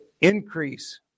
increase